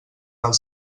els